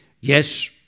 yes